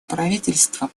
правительства